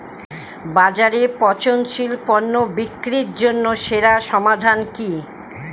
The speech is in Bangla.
বাজারে পচনশীল পণ্য বিক্রির জন্য সেরা সমাধান কি?